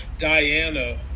Diana